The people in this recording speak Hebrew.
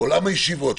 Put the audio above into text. עולם הישיבות,